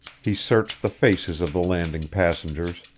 he searched the faces of the landing passengers,